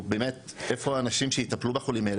איפה האנשים שיטפלו בחולים האלה?